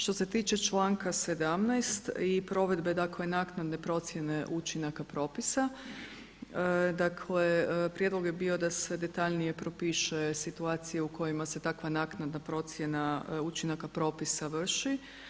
Što se tiče članka 17. i provedbe dakle naknadne procjene učinaka propisa dakle prijedlog je bio da se detaljnije propišu situacije u kojima se takva … procjena, učinaka propisa vrši.